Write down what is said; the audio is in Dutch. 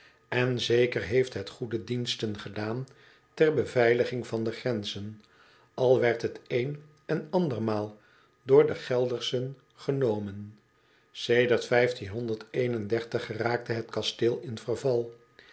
en zeker heeft het goede diensten gedaan ter beveiliging van de grenzen al werd het een en ander maal door de gelderschen genomen edert geraakte het kasteel in verval